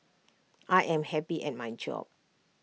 I am happy at my job